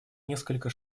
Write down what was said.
несколько